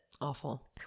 Awful